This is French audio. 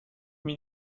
donc